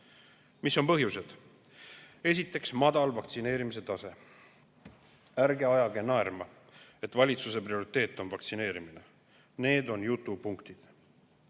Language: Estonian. Mis on põhjused? Esiteks, madal vaktsineerituse tase. Ärge ajage naerma, et valitsuse prioriteet on vaktsineerimine. Need on jutupunktid.